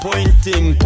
Pointing